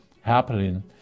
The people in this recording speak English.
happening